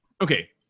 okay